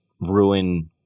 ruin